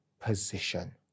position